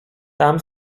tam